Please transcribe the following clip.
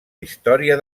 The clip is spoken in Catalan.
història